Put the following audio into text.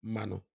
Mano